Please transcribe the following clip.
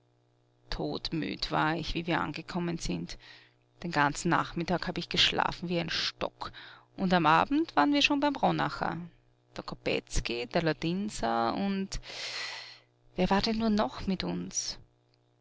todmüd war ich wie wir angekommen sind den ganzen nachmittag hab ich geschlafen wie ein stock und am abend waren wir schon beim ronacher der kopetzky der ladinser und wer war denn nur noch mit uns